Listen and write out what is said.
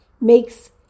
makes